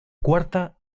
cuarta